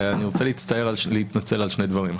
אני רוצה להתנצל על שני דברים.